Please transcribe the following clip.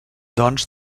doncs